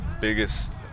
biggest